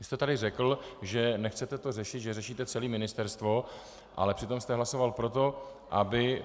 Vy jste tady řekl, že to nechcete řešit, že řešíte celé ministerstvo, ale přitom jste hlasoval pro to.